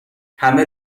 همه